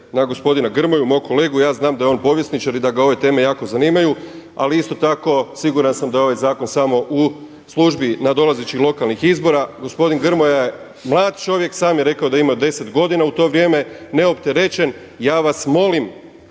na gospodina Grmoju, mog kolegu. Ja znam da je on povjesničar i da ga ove teme jako zanimaju. Ali isto tako siguran sam da je ovaj zakon samo u službi nadolazećih lokalnih izbora. Gospodin Grmoja je mlad čovjek, sam je rekao da je imao 10 godina u to vrijeme neopterećen. Ja vas molim